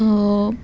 ଓ